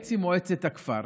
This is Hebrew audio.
התייעץ עם מועצת הכפר,